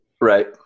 Right